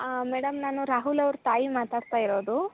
madam ನಾನು ರಾಹುಲ್ ಅವ್ರ ತಾಯಿ ಮಾತಾಡ್ತಾ ಇರೋದು